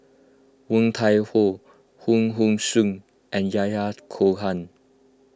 Woon Tai Ho Hong Hong Sing and Yahya Cohen